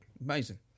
amazing